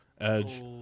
Edge